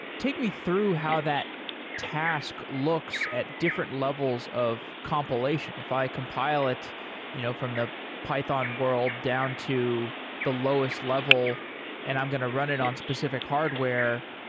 take me through how that task looks at different levels of compilation. if i compile it you know from the python world down to the lowest level and i'm going to run it on specific hardware,